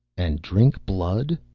and drink blood?